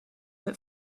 that